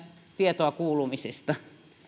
tietoa kuulumisista